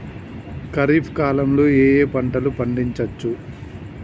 ఖరీఫ్ కాలంలో ఏ ఏ పంటలు పండించచ్చు?